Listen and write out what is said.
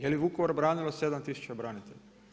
Je li Vukovar branilo 7 tisuća branitelja?